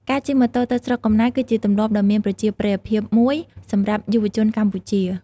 ការជិះម៉ូតូទៅស្រុកកំណើត គឺជាទម្លាប់ដ៏មានប្រជាប្រិយភាពមួយសម្រាប់យុវជនកម្ពុជា។